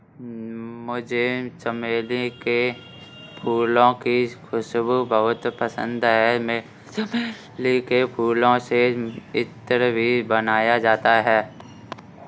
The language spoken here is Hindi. मुझे चमेली के फूलों की खुशबू बहुत पसंद है चमेली के फूलों से इत्र भी बनाया जाता है